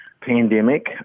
pandemic